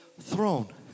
throne